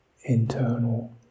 internal